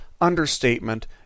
understatement